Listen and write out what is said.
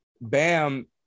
bam